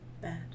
Bad